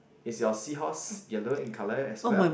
is your seahorse yellow in colour as well